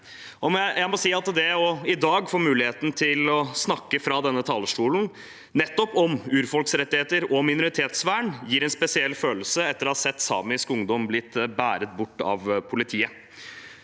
Jeg må si at det i dag å få muligheten til å snakke fra denne talerstolen om nettopp urfolksrettigheter og minoritetsvern gir en spesiell følelse etter å ha sett samisk ungdom bli båret bort av politiet.